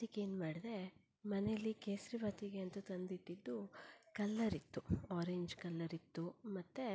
ಅದಕ್ಕೇನ್ಮಾಡ್ದೆ ಮನೆಯಲ್ಲಿ ಕೇಸರಿ ಬಾತಿಗೆ ಅಂತ ತಂದಿಟ್ಟಿದ್ದು ಕಲರ್ ಇತ್ತು ಆರೆಂಜ್ ಕಲ್ಲರ್ ಇತ್ತು ಮತ್ತು